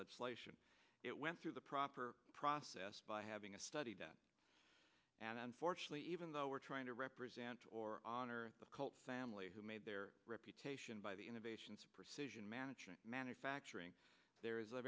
legislation it went through the proper process by having a study done and unfortunately even though we're trying to represent or honor the cult family who made their reputation by the innovations in management manufacturing there is a